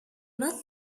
not